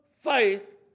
faith